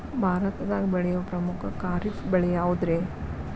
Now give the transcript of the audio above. ಭಾರತದಾಗ ಬೆಳೆಯೋ ಪ್ರಮುಖ ಖಾರಿಫ್ ಬೆಳೆ ಯಾವುದ್ರೇ?